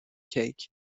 cake